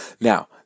now